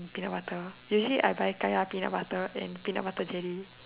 peanut butter usually I buy kaya peanut butter and peanut butter jelly